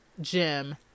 Jim